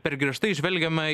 per griežtai žvelgiame